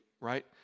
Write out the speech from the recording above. right